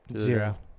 Zero